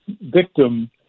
victim